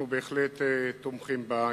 אנחנו בהחלט תומכים בה.